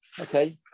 Okay